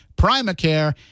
Primacare